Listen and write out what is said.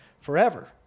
forever